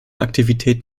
aktivitäten